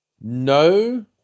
No